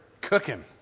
cooking